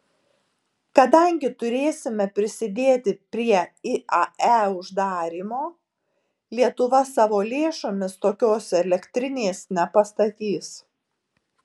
kadangi turėsime prisidėti prie iae uždarymo lietuva savo lėšomis tokios elektrinės nepastatys